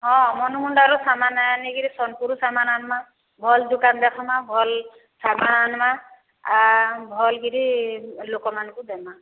ହଁ ମନମୁଣ୍ଡାରୁ ସାମାନ ଆଣିକିରି ସୋନପୁରରୁ ସମାନ ଆନବା ଭଲ ଦୋକାନ ଦେଖମା ଭଲ ସାମାନ ଆନମା ଭଲ କିରି ଲୋକମାନଙ୍କୁ ଦେମା